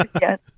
Yes